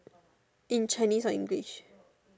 in Chinese or English